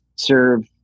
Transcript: serve